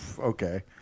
Okay